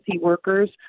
workers